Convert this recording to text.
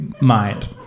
mind